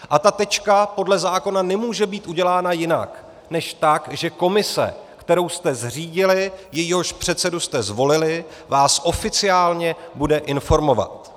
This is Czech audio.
A ta tečka podle zákona nemůže být udělána jinak než tak, že komise, kterou jste zřídili, jejíhož předsedu jste zvolili, vás oficiálně bude informovat.